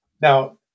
Now